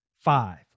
five